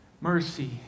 mercy